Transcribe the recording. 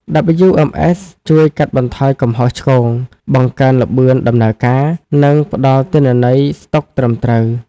WMS ជួយកាត់បន្ថយកំហុសឆ្គង បង្កើនល្បឿនដំណើរការ និងផ្តល់ទិន្នន័យស្តុកត្រឹមត្រូវ។